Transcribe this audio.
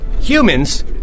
Humans